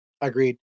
Agreed